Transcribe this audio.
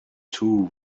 two